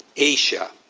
asia,